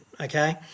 okay